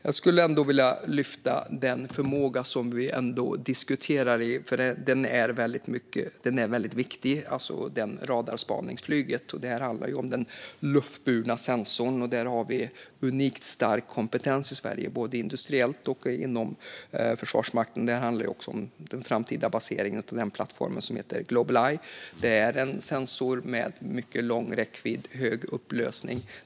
Jag skulle ändå vilja lyfta den förmåga som vi diskuterar och som är väldigt viktig, nämligen radarspaningsflyget. Det handlar om den luftburna sensorn, och där har vi unikt stark kompetens i Sverige, både industriellt och inom Försvarsmakten. Det handlar också om den framtida baseringen av den plattform som heter Global Eye. Det är en sensor med mycket lång räckvidd och hög upplösning.